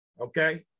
Okay